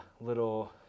little